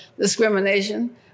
discrimination